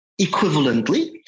equivalently